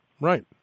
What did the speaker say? right